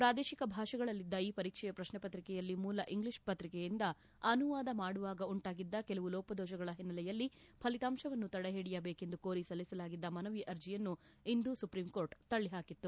ಪ್ರಾದೇಶಿಕ ಭಾಷೆಗಳಲ್ಲಿದ್ದ ಈ ಪರೀಕ್ಷೆಯ ಪ್ರಕ್ಷೆ ಪತ್ರಿಕೆಯಲ್ಲಿ ಮೂಲ ಇಂಗ್ಲೀಷ್ ಪತ್ರಿಕೆಯಿಂದ ಅನುವಾದ ಮಾಡುವಾಗ ಉಂಟಾಗಿದ್ದ ಕೆಲವು ಲೋಪದೋಷಗಳ ಹಿನ್ನೆಲೆಯಲ್ಲಿ ಫಲಿತಾಂಶವನ್ನು ತಡೆಹಿಡಿಯಬೇಕೆಂದು ಕೋರಿ ಸಲ್ಲಿಸಲಾಗಿದ್ದ ಮನವಿ ಅರ್ಜಿಯನ್ನು ಇಂದು ಸುಪ್ರಿಂಕೋರ್ಟ್ ತಳ್ಳಹಾಕಿತ್ತು